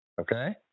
Okay